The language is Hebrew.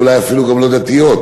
ואולי אפילו לא דתיות.